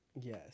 Yes